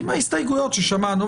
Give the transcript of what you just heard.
עם ההסתייגויות ששמענו.